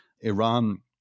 Iran